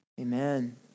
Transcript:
Amen